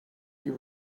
you